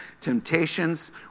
temptations